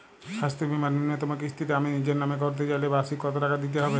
স্বাস্থ্য বীমার ন্যুনতম কিস্তিতে আমি নিজের নামে করতে চাইলে বার্ষিক কত টাকা দিতে হবে?